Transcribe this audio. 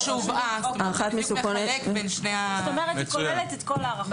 זאת אומרת, זה כולל את כל ההערכות.